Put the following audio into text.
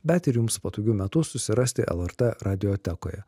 bet ir jums patogiu metu susirasti lrt radiotekoje